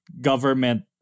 government